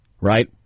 right